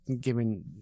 giving